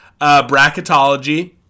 bracketology